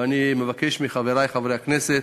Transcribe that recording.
ואני מבקש מחברי חברי הכנסת